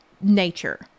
nature